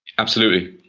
absolutely,